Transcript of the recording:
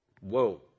Whoa